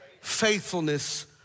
faithfulness